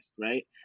right